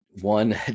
one